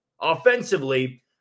Offensively